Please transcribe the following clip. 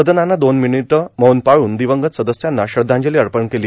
सदनानं दोन मिनिटं मौन पाळून दिवंगत सदस्यांना श्रद्वांजली अर्पण केली